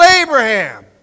Abraham